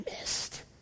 missed